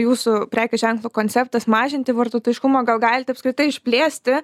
jūsų prekių ženklo konceptas mažinti vartotojiškumą gal galite apskritai išplėsti